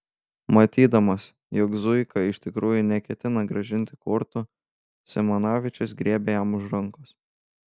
matydamas jog zuika iš tikrųjų neketina grąžinti kortų simanavičius griebė jam už rankos